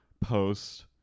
post